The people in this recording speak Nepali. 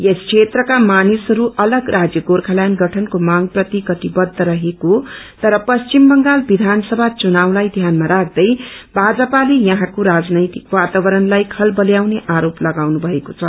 यस क्षेत्रका मानिसहरू अलग राज्य गोर्खाल्याण्ड गठनको माग प्रति कटिबद्ध रहेको तर पश्चिम बंगाल विचानसभा चुनावलाई ध्यानमा राख्दै भाजपाले यहाँको राजनैतिक वातावरणलाई खलबत्याउने आरोप लगाउनु भएको छ